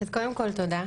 קודם כול, תודה.